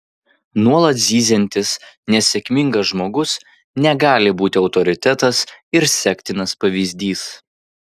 nuolat zyziantis nesėkmingas žmogus negali būti autoritetas ir sektinas pavyzdys